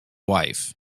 wife